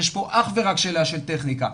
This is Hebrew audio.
יש פה אך ורק שאלה של טכניקה.